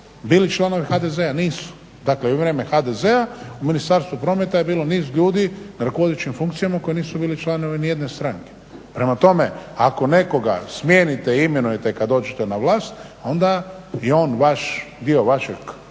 bili članovi HDZ-a nisu. Dakle i u vrijeme HDZ-a u Ministarstvu prometa je bilo niz ljudi na rukovodećim funkcijama koji nisu bili članovi ni jedne stranke. Prema tome, ako nekoga smijenite i imenujete kad dođete na vlast onda je on vaš, dio vašeg